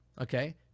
okay